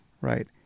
right